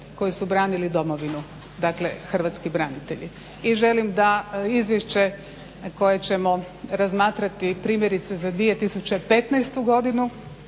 koji su branili domovinu, dakle hrvatski branitelji. I želim da izvješće koje ćemo razmatrati primjerice za 2015. godinu